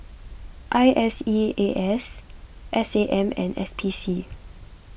I S E A S S A M and S P C